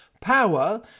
power